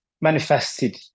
manifested